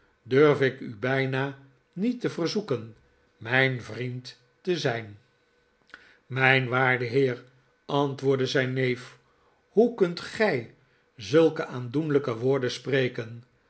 durf ik u bijna niet te verzoeken mijn vriend te zijn mijn waarde heer antwoordde zijn neef hoe kunt gij zulke aandoenlijke woorden spreken